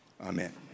Amen